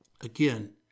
Again